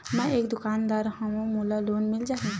मै एक दुकानदार हवय मोला लोन मिल जाही?